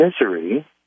misery